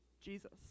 Jesus